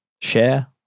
share